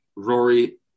Rory